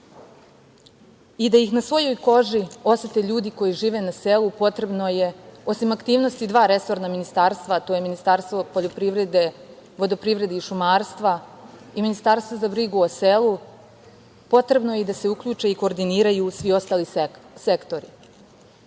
i da ih na svojoj koži osete ljudi koji žive na selu, potrebno je, osim aktivnosti, dva resorna ministarstva, a to je Ministarstvo poljoprivrede, vodoprivrede i šumarstva i Ministarstvo za brigu o selu, potrebno je i da se uključe i koordiniraju svi ostali sektori.